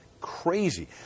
crazy